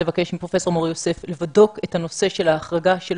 לבקש מפרופ' מור-יוסף לבדוק את הנושא של ההחרגה של